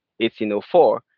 1804